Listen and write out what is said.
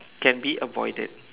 can be avoided